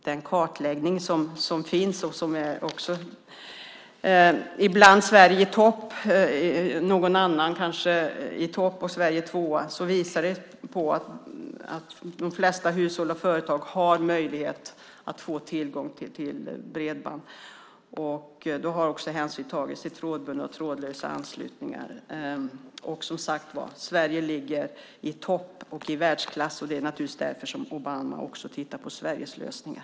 Den kartläggning som finns och där Sverige ibland är i topp, sedan kanske någon annan i topp och Sverige tvåa, visar på att de flesta hushåll och företag har möjlighet att få tillgång till bredband. Då har också hänsyn tagits till trådlösa anslutningar. Sverige ligger i topp och är i världsklass. Det är naturligtvis också därför som Obama tittar på Sveriges lösningar.